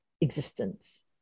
existence